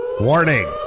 Warning